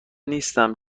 نیستم